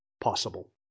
possible